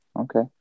Okay